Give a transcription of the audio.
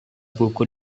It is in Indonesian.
buku